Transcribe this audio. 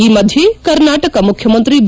ಈ ಮಧ್ಯೆ ಕರ್ನಾಟಕ ಮುಖ್ಯಮಂತ್ರಿ ಬಿ